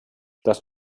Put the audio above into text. das